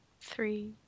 three